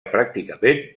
pràcticament